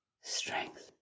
strength